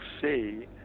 see